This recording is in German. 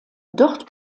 dort